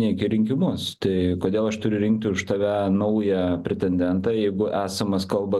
neik į rinkimus tai kodėl aš turiu rinkti už tave naują pretendentą jeigu esamas kalba